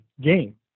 game